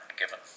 given